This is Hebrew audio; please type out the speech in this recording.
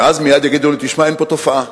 ואז מייד יגידו לי: אין פה תופעה,